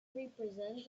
represents